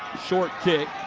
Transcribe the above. short kick.